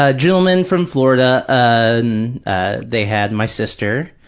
ah gentleman from florida. and ah they had my sister,